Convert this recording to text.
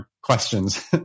questions